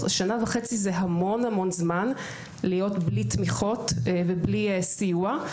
בספטמבר 2024. שנה וחצי זה המון זמן להיות בלי תמיכות ובלי סיוע.